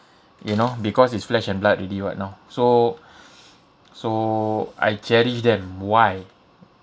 you know because is flesh and blood already [what] you know so so I cherish them why